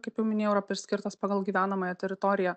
kaip jau minėjau yra priskirtas pagal gyvenamąją teritoriją